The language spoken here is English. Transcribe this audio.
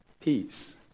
peace